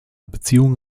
beziehung